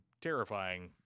terrifying